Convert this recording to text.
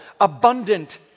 abundant